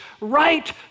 right